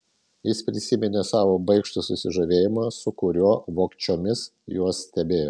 jis prisiminė savo baikštų susižavėjimą su kuriuo vogčiomis juos stebėjo